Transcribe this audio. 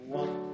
one